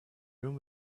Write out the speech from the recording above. room